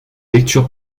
lectures